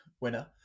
winner